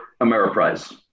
Ameriprise